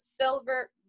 silver